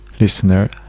Listener